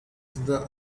the